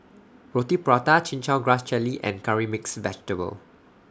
Roti Prata Chin Chow Grass Jelly and Curry Mixed Vegetable